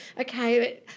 okay